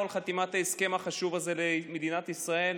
על חתימת ההסכם החשוב הזה למדינת ישראל,